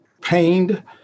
pained